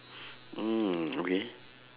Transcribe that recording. mm okay